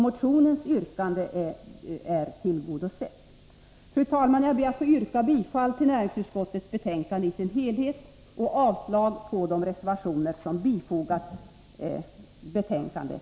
Motionens yrkande är tillgodosett. Fru talman! Jag ber att få yrka bifall till näringsutskottets hemställan i dess helhet och avslag på de reservationer som har fogats till betänkandet.